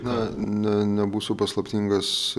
na ne nebūsiu paslaptingas